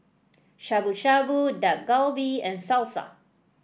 Shabu Shabu Dak Galbi and Salsa